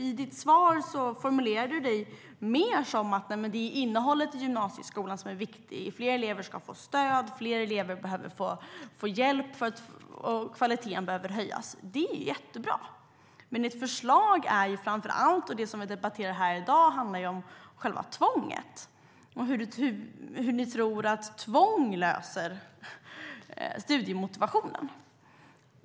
I ditt svar formulerar du dig mer som om innehållet i gymnasieskolan är det som är viktigt. Fler elever ska få stöd, fler elever behöver få hjälp och kvaliteten behöver höjas. Det är jättebra. Men ditt förslag och det som vi debatterar här i dag handlar framför allt om själva tvånget och hur ni tror att tvång löser studiemotivationen.